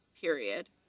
period